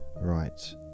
right